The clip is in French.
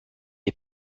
est